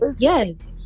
yes